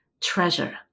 treasure